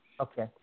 Okay